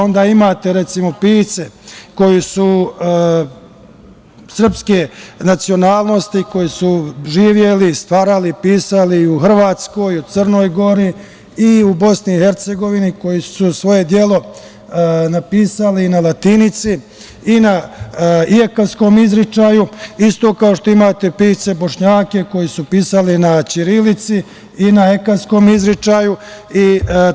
Onda imate, recimo, pisce koji su srpske nacionalnosti, koji su živeli, stvarali, pisali u Hrvatskoj, Crnoj Gori i Bosni i Hercegovini, koji su svoje delo napisali na latinici i na ijekavskom izgovoru, isto kao što imate pisce Bošnjake koji su pisali na ćirilici i na ekavskom izgovoru.